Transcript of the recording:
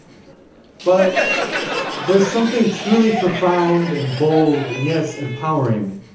but there's something truly profound and bold, and yes empowering